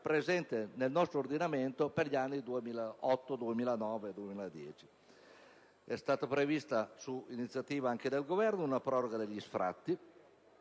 presente nel nostro ordinamento per gli anni 2008, 2009 e 2010. Sono state previste, anche su iniziativa del Governo, una proroga degli sfratti